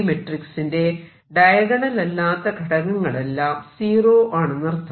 മെട്രിക്സിന്റെ ഡയഗണൽ അല്ലാത്ത ഘടകങ്ങളെല്ലാം സീറോ ആണെന്നർത്ഥം